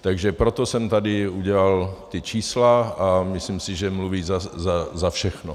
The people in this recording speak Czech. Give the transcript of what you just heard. Takže proto jsem tady udělal ta čísla a myslím si, že mluví za všechno.